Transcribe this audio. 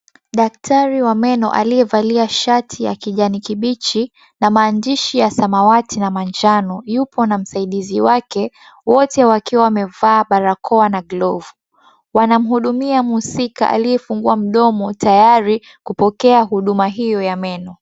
Daktari wa meno aliye valia shati ya kijani kibichi, na maandishi ya samawati na manjano. Yuko na msaidizi wake, wote wakiwa wamevaa barakoa na glovu. Wanamuhudumia muhusika aliye fungua mdomo tayari kupokea huduma hiyo ya meno.